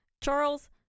Charles